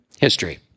history